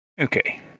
Okay